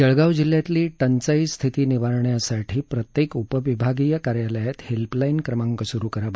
जळगाव जिल्ह्यातली टंचाई स्थिती निवारण्यासाठी प्रत्येक उपविभागीय कार्यालयात हेल्पलाईन क्रमांक सुरु करावा